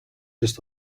just